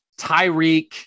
Tyreek